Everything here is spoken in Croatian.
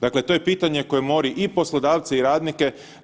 Dakle, to je pitanje koje mori i poslodavce i radnike.